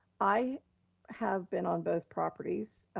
i have been on both properties,